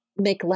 McLennan